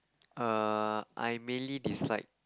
err I mainly dislike